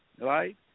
right